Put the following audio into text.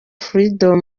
freedom